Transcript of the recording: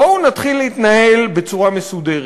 בואו נתחיל להתנהל בצורה מסודרת.